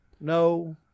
no